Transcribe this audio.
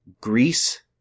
Greece